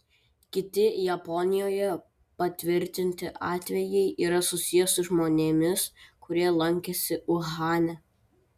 kiti japonijoje patvirtinti atvejai yra susiję su žmonėmis kurie lankėsi uhane